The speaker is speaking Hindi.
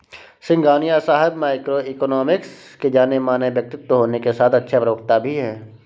सिंघानिया साहब माइक्रो इकोनॉमिक्स के जानेमाने व्यक्तित्व होने के साथ अच्छे प्रवक्ता भी है